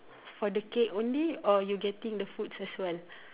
for the cake only or you getting the foods as well